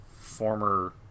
former